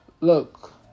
look